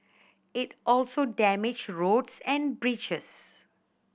it also damaged roads and bridges